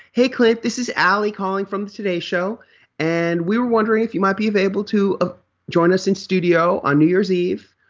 hey clint, this is allie calling from the today show and we were wondering if you might be available to ah join us in studio on new year's eve.